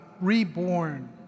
reborn